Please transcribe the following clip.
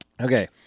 Okay